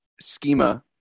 schema